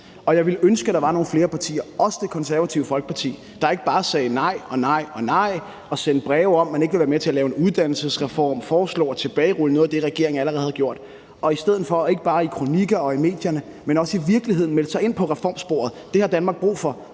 og jeg ville ønske, der var nogle flere partier, også Det Konservative Folkeparti, der ikke bare sagde nej og nej og nej og sendte breve om, at man ikke vil være med til at lave en uddannelsesreform og foreslår at tilbagerulle noget af det, regeringen allerede har gjort, og som i stedet for – ikke bare i kronikker og i medierne, men også i virkeligheden – meldte sig på reformsporet. Det har Danmark brug for.